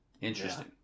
Interesting